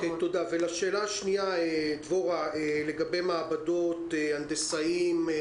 ולשאלה השנייה, דבורה, לגבי מעבדות, הנדסאים.